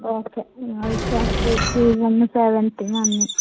okay